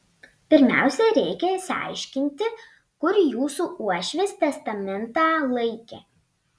pirmiausia reikia išsiaiškinti kur jūsų uošvis testamentą laikė